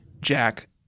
Jack